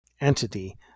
entity